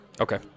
Okay